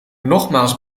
nogmaals